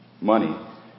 Money